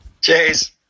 Cheers